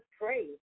pray